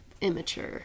immature